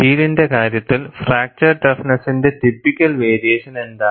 സ്റ്റീലിന്റെ കാര്യത്തിൽ ഫ്രാക്ചർ ടഫ്നെസ്സിന്റെ ടിപ്പിക്കൽ വേരിയേഷൻ എന്താണ്